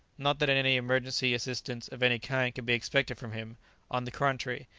not that in any emergency assistance of any kind could be expected from him on the contrary,